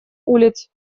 улиц